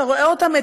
אתה רואה אותם,